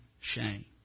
shame